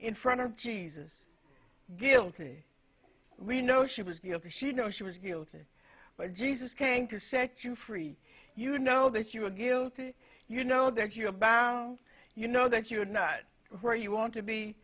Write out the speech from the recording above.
in front of jesus guilty we know she was guilty she know she was guilty but jesus came to set you free you know that you are guilty you know that you're bound you know that you're not where you want to be